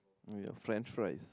meal french fries